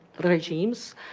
regimes